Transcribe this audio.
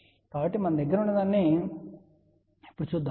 కాబట్టి మన దగ్గర ఉన్నదాన్ని ఇప్పుడు చూద్దాం